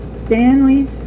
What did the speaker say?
Stanleys